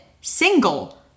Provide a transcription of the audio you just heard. single